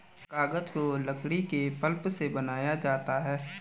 कागज को लकड़ी के पल्प से बनाया जाता है